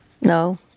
no